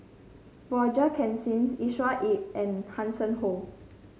Roger Jenkins Joshua Ip and Hanson Ho